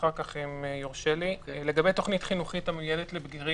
לגבי עובד כיבוי אש או עובד מגן דוד אדום אף אחד לא מערער.